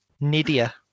Nidia